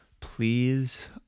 please